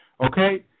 okay